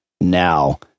now